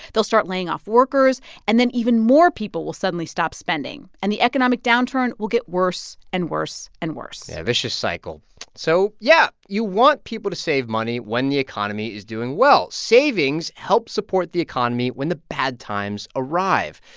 they'll start laying off workers, and then even more people will suddenly stop spending. and the economic downturn will get worse and worse and worse yeah, a vicious cycle so, yeah, you want people to save money when the economy is doing well. savings help support the economy when the bad times arrive.